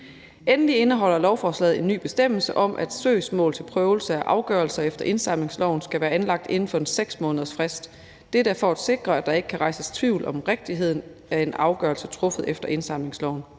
Endelig indeholder lovforslaget en ny bestemmelse om, at søgsmål til prøvelse af afgørelser efter indsamlingsloven skal være anlagt inden for en 6-månedersfrist. Dette er for at sikre, at der ikke kan rejses tvivl om rigtigheden af en afgørelse truffet efter indsamlingsloven.